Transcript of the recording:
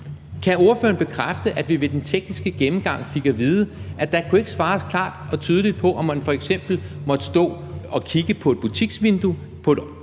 Kan ordføreren bekræfte, at vi ved den tekniske gennemgang fik at vide, at der ikke kunne svares klart og tydeligt på, om man f.eks. måtte stå og kigge på et butiksvindue på et